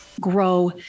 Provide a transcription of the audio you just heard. grow